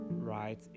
right